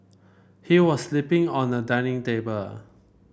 he was sleeping on a dining table